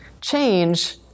Change